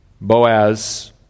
Boaz